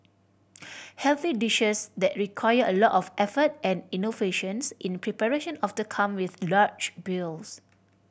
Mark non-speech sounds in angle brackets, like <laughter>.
<noise> healthy dishes that require a lot of effort and innovations in preparation of the come with large bills